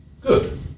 good